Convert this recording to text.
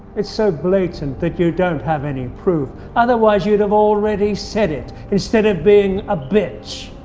it's so blatant that you don't have any proof, other wise, you would have already said it, instead of being a bitch.